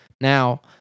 Now